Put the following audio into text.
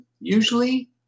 usually